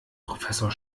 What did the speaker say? professor